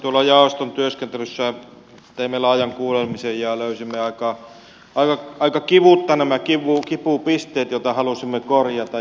tuolla jaoston työskentelyssä teimme laajan kuulemisen ja löysimme aika kivutta nämä kipupisteet joita halusimme korjata